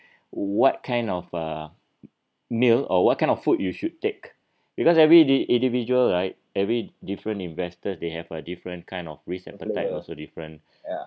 what kind of a meal or what kind of food you should take because every in~ individual right every different investors they have a different kind of risk and appetite also different ya